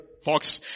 fox